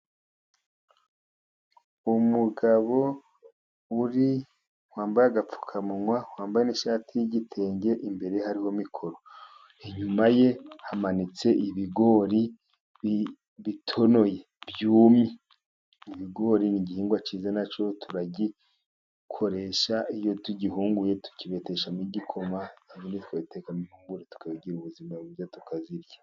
Umugabo uri_ wambaye agapfukamunwa, wambaye ishati y' igitenge, imbere hariho mikoro inyuma ye, hamanitse ibigori bitonoye byumye. Ibigori ni igihingwa cyiza nacyo turagikoresha, iyo tugihunguye tukibeteshamo igikoma, ubundi tukagitekamo, impungure tukagira ubuzima bwiza tukazirya.